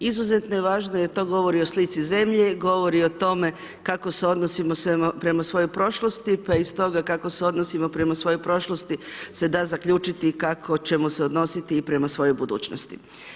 Izuzetno je važno jer to govori o slici zemlje, govori o tome kako se odnosimo prema svojoj prošlosti, pa iz toga kako se odnosimo prema svojoj prošlosti se da zaključiti i kako ćemo se odnositi i prema svojoj budućnosti.